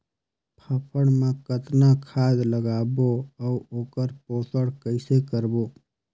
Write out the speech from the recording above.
फाफण मा कतना खाद लगाबो अउ ओकर पोषण कइसे करबो?